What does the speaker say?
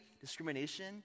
discrimination